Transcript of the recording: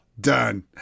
done